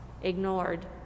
ignored